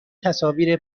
تصاویر